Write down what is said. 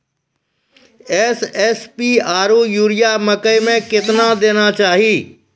SSP आरु urea मकई मे कितना देना चाहिए?